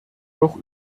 doch